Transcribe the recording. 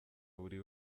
buri